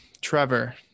Trevor